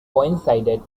coincided